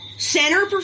Center